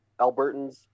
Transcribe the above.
Albertans